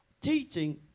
teaching